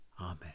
Amen